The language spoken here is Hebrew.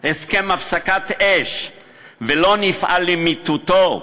הסכם הפסקת אש ולא נפעל למיטוטו,